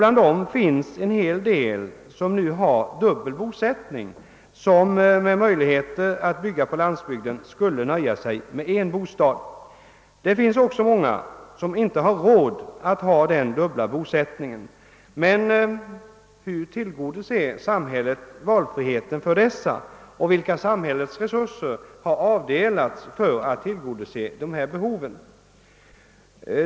Bland dessa senare finns nu också en hel del människor som har dubbla bostäder men som skulle nöja sig med en bostad om de hade möjlighet att bygga på landsbygden. Många har heller inte råd med denna dubbla bosättning. Hur tillgodoser samhället valfriheten för dessa människor, och vilka samhälleliga resurser har avdelats för att tillgodose de behoven?